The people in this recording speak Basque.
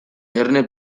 erne